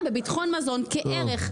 ואני מאמינה בביטחון מזון כערך,